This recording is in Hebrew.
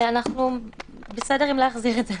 אנחנו בסדר עם להחזיר את זה